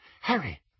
Harry